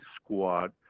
squad